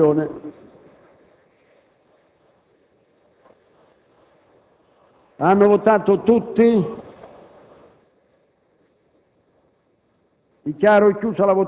Hanno votato tutti? Dichiaro chiusa la votazione.